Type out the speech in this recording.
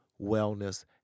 Wellness